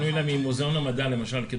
הישיבה ננעלה בשעה 15:49.